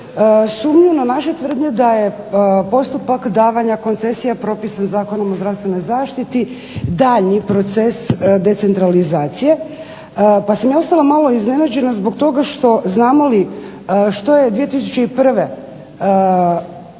sumnju na naše tvrdnje da je postupak davanja koncesija propisan Zakonom o zdravstvenoj zaštiti daljnji proces decentralizacije, pa sam ja ostala malo iznenađena zbog toga što znamo li što je 2001.